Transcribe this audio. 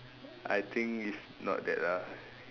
I think it's not that lah